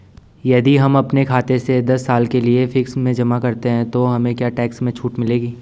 यदि हम अपने खाते से दस साल के लिए फिक्स में जमा करते हैं तो हमें क्या टैक्स में छूट मिलेगी?